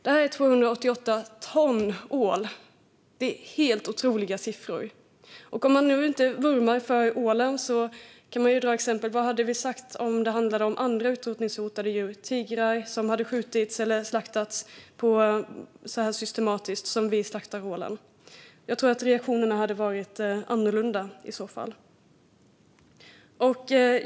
Det är 288 ton ål. Det är helt otroliga siffror. Om man nu inte vurmar för ålen kan man titta på andra exempel. Vad hade vi sagt om det var andra utrotningshotade djur, till exempel tigrar, som hade skjutits eller slaktats lika systematiskt som vi slaktar ålen? Jag tror att reaktionerna hade varit annorlunda då.